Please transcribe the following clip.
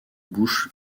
bouches